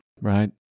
right